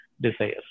desires